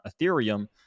Ethereum